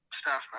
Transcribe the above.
staff